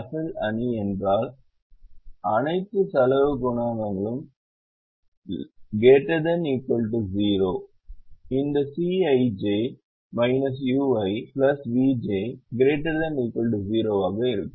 அசல் அணி என்றால் அனைத்து செலவு குணகங்களும் ≥ 0 இந்த Ci Cꞌij இது Cij ui vj ≥ 0 ஆக இருக்கும்